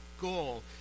goal